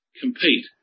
compete